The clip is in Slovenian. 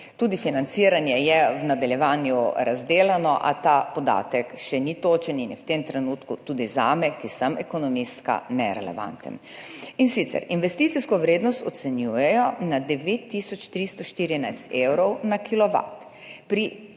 tudi financiranje je v nadaljevanju razdelano, a ta podatek še ni točen in je v tem trenutku tudi zame, ki sem ekonomistka, nerelevanten, in sicer investicijsko vrednost ocenjujejo na 9 tisoč 314 evrov na kilovat. Pri